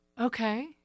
Okay